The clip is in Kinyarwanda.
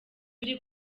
uri